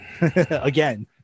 Again